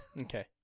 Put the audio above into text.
Okay